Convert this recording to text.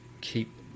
keep